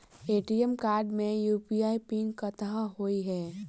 ATM card मे UPI PIN कतह होइ है?